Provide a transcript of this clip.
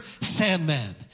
Sandman